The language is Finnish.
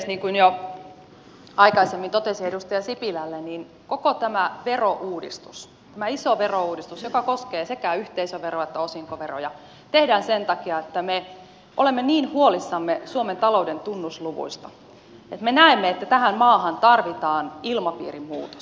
niin kuin jo aikaisemmin totesin edustaja sipilälle niin koko tämä verouudistus tämä iso verouudistus joka koskee sekä yhteisöveroa että osinkoveroja tehdään sen takia että me olemme niin huolissamme suomen talouden tunnusluvuista että me näemme että tähän maahan tarvitaan ilmapiirimuutos